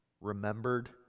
remembered